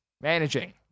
managing